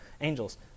angels